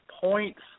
points